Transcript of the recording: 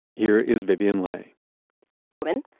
here is vivian le roman,